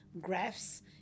graphs